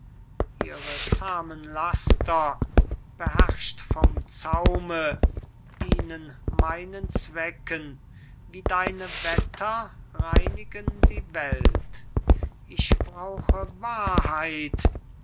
ihre zahmen laster beherrscht vom zaume dienen meinen zwecken wie deine wetter reinigen die welt ich brauche wahrheit